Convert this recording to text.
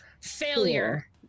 Failure